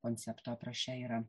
koncepto apraše yra